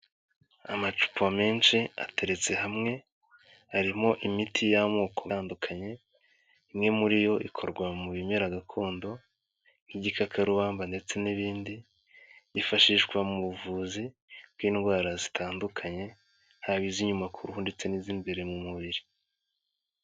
Amacupa menshi ateretse hamwe, harimo imiti y'amoko atandukanye, imwe muri yo ikorwa mu bimera gakondo nk'igikakarubamba ndetse n'ibindi, yifashishwa mu buvuzi bw'indwara zitandukanye, haba iz'inyuma ku ruhu ndetse n'iz'imbere mu mubiri.